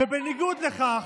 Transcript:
ובניגוד לכך,